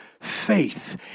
faith